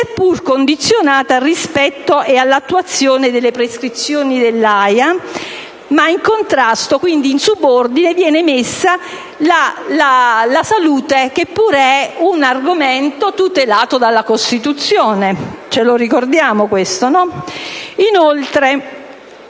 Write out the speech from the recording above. seppur condizionata al rispetto e all'attuazione delle prescrizioni dell'AIA, ma in contrasto (quindi, in subordine) viene messa la salute che pure è un argomento tutelato dalla Costituzione (ce lo ricordiamo questo, no?). Inoltre,